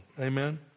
amen